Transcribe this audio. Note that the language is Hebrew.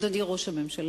אדוני ראש הממשלה,